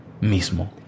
mismo